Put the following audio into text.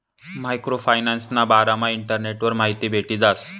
micro फायनान्सना बारामा इंटरनेटवर माहिती भेटी जास